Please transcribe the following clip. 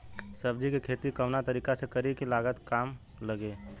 सब्जी के खेती कवना तरीका से करी की लागत काम लगे?